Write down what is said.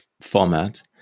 format